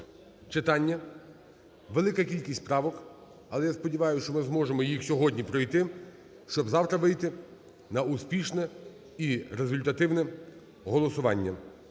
читання, велика кількість правок, але я сподіваюсь, що ми зможемо їх сьогодні пройти, щоб завтра вийти на успішне і результативне голосування.